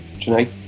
tonight